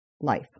life